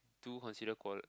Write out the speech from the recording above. do consider qual~